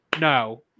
No